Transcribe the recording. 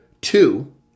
two